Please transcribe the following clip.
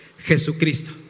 Jesucristo